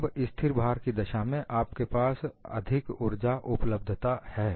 अब स्थिर भार की दशा में आपके पास अधिक उर्जा उपलब्धता है